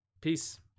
peace